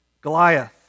Goliath